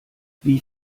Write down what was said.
wie